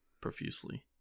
profusely